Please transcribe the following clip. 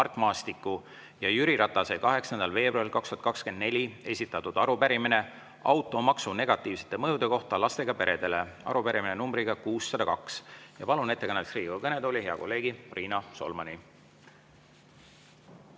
ja Jüri Ratase 8. veebruaril 2024 esitatud arupärimine automaksu negatiivsete mõjude kohta lastega peredele. Arupärimine kannab numbrit 602. Palun ettekandeks Riigikogu kõnetooli hea kolleegi Riina Solmani.